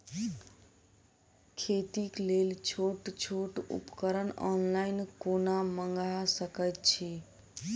खेतीक लेल छोट छोट उपकरण ऑनलाइन कोना मंगा सकैत छी?